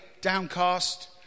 downcast